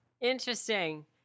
Interesting